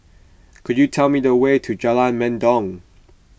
could you tell me the way to Jalan Mendong